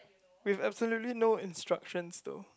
we absolutely no instruction though